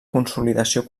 consolidació